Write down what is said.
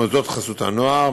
במוסדות חסות הנוער,